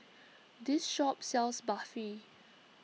this shop sells Barfi